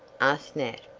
asked nat,